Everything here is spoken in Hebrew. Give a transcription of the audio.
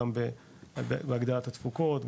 גם בהגדלת התפוקות,